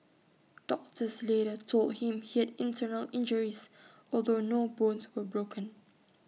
doctors later told him he had internal injuries although no bones were broken